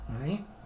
right